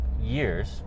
years